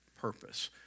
purpose